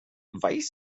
weiß